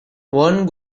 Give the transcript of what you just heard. one